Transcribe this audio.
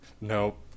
Nope